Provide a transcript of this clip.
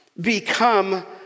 become